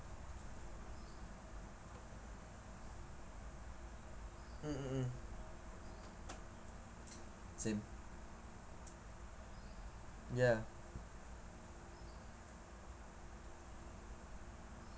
mmhmm same ya